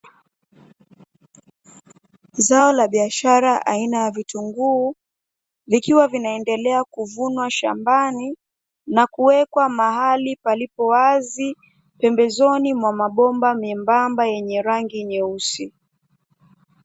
Zao la biashara aina ya vitunguu likiwa linaendelea kuvunwa shambani na kuwekwa mahali palipo wazi pembezoni mwa mabomba membamba yenye rangi nyeusi.